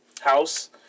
house